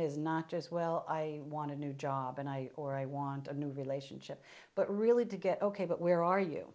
is not just well i want to new job and i or i want a new relationship but really to get ok but where are you